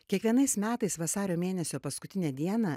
kiekvienais metais vasario mėnesio paskutinę dieną